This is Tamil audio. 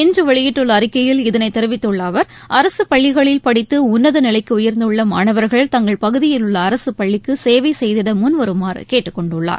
இன்று வெளியிட்டுள்ள அறிக்கையில் இதனைத் தெரிவித்துள்ள அவர் அரசுப் பள்ளிகளில் படித்து உன்னத நிலைக்கு உயர்ந்துள்ள மாணவர்கள் தங்கள் பகுதியில் உள்ள அரசுப் பள்ளிக்கு சேவை செய்திட முன்வருமாறு கேட்டுக் கொண்டுள்ளார்